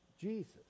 Jesus